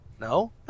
No